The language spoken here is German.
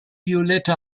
violette